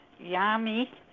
yummy